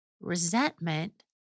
Resentment